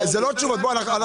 דרך אגב,